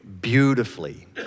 beautifully